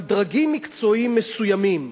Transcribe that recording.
אבל דרגים מקצועיים מסוימים,